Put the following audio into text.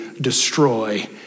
destroy